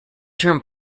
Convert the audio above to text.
term